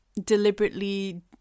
deliberately